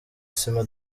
sima